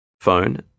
Phone